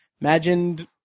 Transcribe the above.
imagined